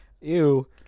Ew